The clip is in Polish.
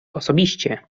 osobiście